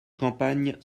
campagne